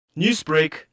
Newsbreak